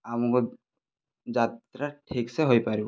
ଆମକୁ ଯାତ୍ରା ଠିକ ସେ ହୋଇପାରିବ